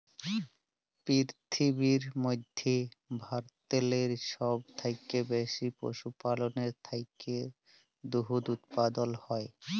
পিরথিবীর মইধ্যে ভারতেল্লে ছব থ্যাইকে বেশি পশুপাললের থ্যাইকে দুহুদ উৎপাদল হ্যয়